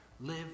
live